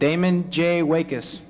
damon j wake us